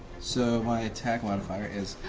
so my attack modifier is,